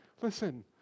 listen